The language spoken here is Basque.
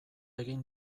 egin